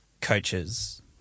coaches